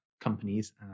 companies